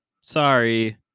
sorry